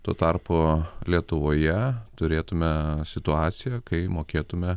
tuo tarpu lietuvoje turėtume situaciją kai mokėtume